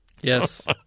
Yes